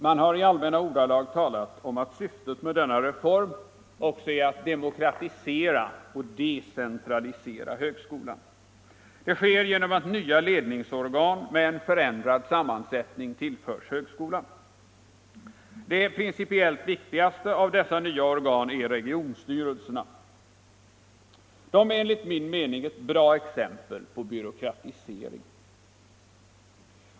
Man har i allmänna ordalag talat om att syftet med denna reform också är att demokratisera och decentralisera högskolan. Det skulle ske genom att nya ledningsorgan med förändrad sammansättning tillförs högskolan. Det principiellt viktigaste av dessa nya organ är regionstyrelserna. De är enligt min mening ett bra exempel på byråkratisering.